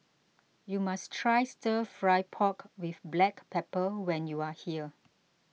you must try Stir Fry Pork with Black Pepper when you are here